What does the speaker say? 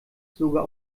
sogar